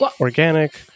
organic